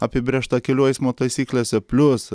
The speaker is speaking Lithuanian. apibrėžta kelių eismo taisyklėse plius